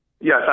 Yes